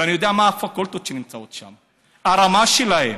ואני יודע מה הפקולטות שנמצאות שם, הרמה שלהן,